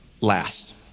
last